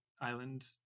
island